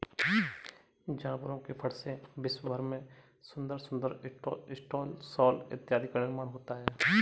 जानवरों के फर से विश्व भर में सुंदर सुंदर स्टॉल शॉल इत्यादि का निर्माण होता है